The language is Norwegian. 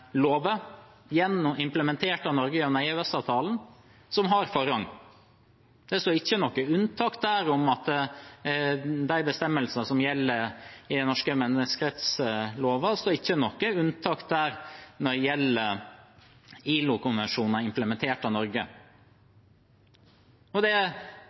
implementert av Norge gjennom EØS-avtalen, som har forrang. Det står ikke der om noe unntak for norske menneskerettslover når det gjelder